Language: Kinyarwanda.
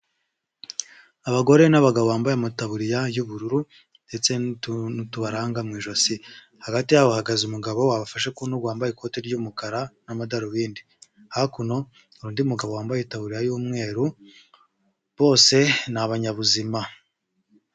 Abagore n'abagabo bambaye amataburiya y'ubururu ,ndetse n'ukuntu tubaranga mu ijosi. Hagati yabo hahagaze umugabo wabafashe ku ntugu wambaye ikoti ry'umukara n'amadarubindi. Hakuno hari undi mugabo wambaye itaburiya y'umweru bose ni abanyabuzima.